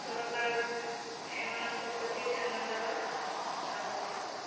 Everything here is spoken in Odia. ସରକାର ଏମାନଙ୍କ ପ୍ରତି ଧ୍ୟାନ ଦେବା ଆବଶ୍ୟକ